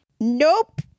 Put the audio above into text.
Nope